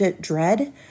dread